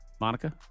Monica